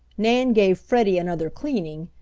nan gave freddie another cleaning,